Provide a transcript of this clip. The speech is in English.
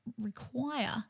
require